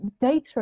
data